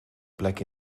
plek